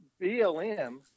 blm